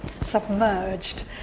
submerged